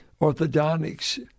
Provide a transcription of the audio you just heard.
orthodontics